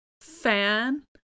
fan